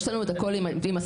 יש לנו את הכול עם אסמכתאות.